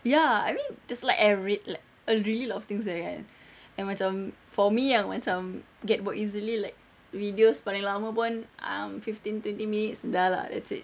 ya I mean just like every like a really a lot of things there kan and macam for me ah macam get bored easily like videos paling lama pun um fifteen twenty minutes dah lah that's it